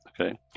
okay